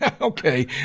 Okay